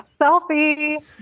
selfie